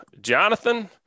Jonathan